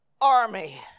army